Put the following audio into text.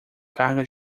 carga